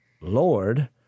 Lord